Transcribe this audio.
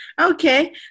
okay